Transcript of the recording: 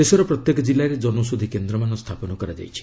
ଦେଶର ପ୍ରତ୍ୟେକ ଜିଲ୍ଲାରେ ଜନୌଷଧି କେନ୍ଦ୍ରମାନ ସ୍ଥାପନ କରାଯାଇଛି